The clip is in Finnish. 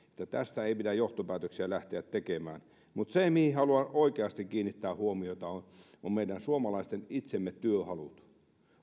että tästä ei pidä johtopäätöksiä lähteä tekemään mutta se mihin haluan oikeasti kiinnittää huomiota on meidän suomalaisten itsemme työhalut